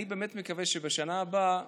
אני באמת מקווה שבשנה הבאה,